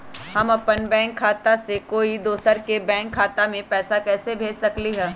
हम अपन बैंक खाता से कोई दोसर के बैंक खाता में पैसा कैसे भेज सकली ह?